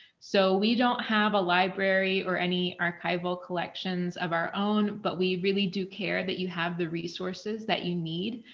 so, we don't have a library or any archival collections of our own. but we really do care that you have the resources that you need.